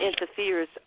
interferes